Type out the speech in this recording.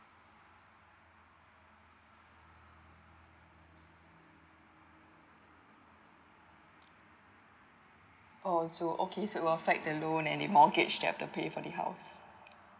oh so okay so it'll affect the loan and the mortgage that I have to pay for the house